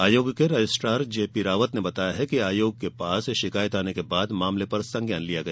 आयोग के registrar JP Rawat ने बताया कि आयोग के पास शिकायत आने के बाद मामले पर संज्ञान लिया गया